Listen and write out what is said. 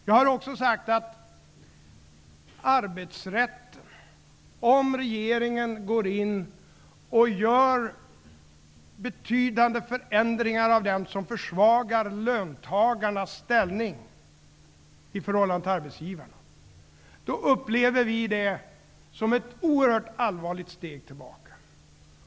Jag har också sagt att om regeringen går in och gör betydande förändringar av arbetsrätten som försvagar löntagarnas ställning i förhållande till arbetsgivarna, upplever vi det som ett oerhört allvarligt steg tillbaka.